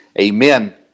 Amen